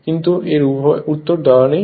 কিন্তু এর উত্তর দেওয়া নেই